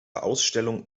ausstellung